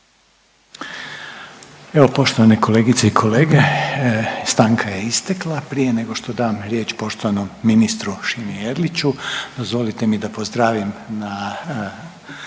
Evo poštovane kolegice i kolege stanka je istekla. Prije nego što dam riječ poštovanom ministru Šimi Erliću dozvolite mi da pozdravim na